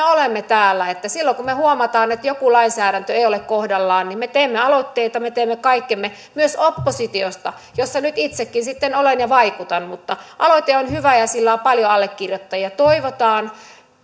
olemme täällä että silloin kun me huomaamme että joku lainsäädäntö ei ole kohdallaan me teemme aloitteita me teemme kaikkemme myös oppositiosta jossa nyt itsekin sitten olen ja vaikutan mutta aloite on hyvä ja sillä on paljon allekirjoittajia toivotaan